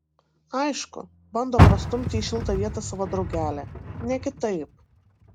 aišku bando prastumti į šiltą vietą savo draugelę ne kitaip